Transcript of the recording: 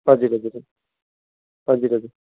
हजुर हजुर हजुर हजुर